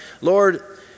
Lord